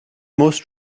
most